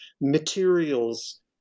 materials